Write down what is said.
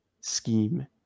scheme